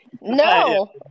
No